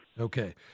Okay